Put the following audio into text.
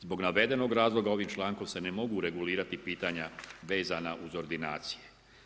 Zbog navedenog razloga, ovim člankom se ne mogu regulirati pitanja vezana uz ordinacije.